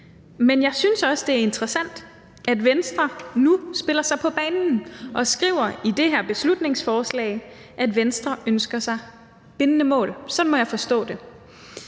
Men jeg synes også, det er interessant, at Venstre nu spiller sig på banen og skriver i det her beslutningsforslag, at Venstre ønsker sig bindende mål – sådan må jeg forstå det.